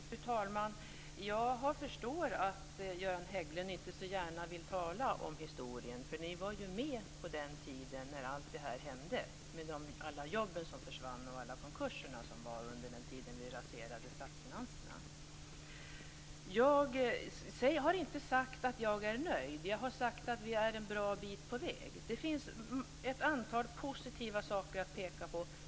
Fru talman! Jag förstår att Göran Hägglund inte så gärna vill tala om historien, eftersom ni var med på den tiden när allt detta hände, då alla jobb försvann och så många konkurser inträffade under den tid då statsfinanserna raserades. Jag har inte sagt att jag är nöjd. Jag har sagt att vi är en bra bit på väg. Det finns ett antal positiva saker att peka på.